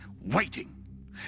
waiting